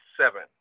seven